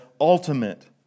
ultimate